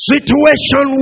Situation